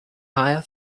higher